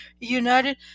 united